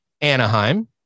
Anaheim